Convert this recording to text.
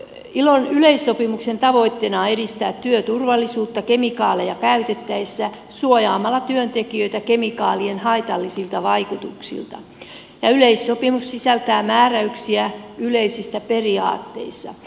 ilon yleissopimuksen tavoitteena on edistää työturvallisuutta kemikaaleja käytettäessä suojaamalla työntekijöitä kemikaalien haitallisilta vaikutuksilta ja yleissopimus sisältää määräyksiä yleisistä periaatteista